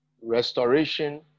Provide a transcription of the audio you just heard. restoration